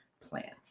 plan